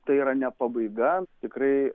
tai yra ne pabaiga tikrai